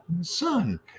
son